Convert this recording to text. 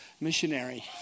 missionary